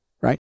Right